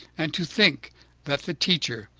and to think that the teacher,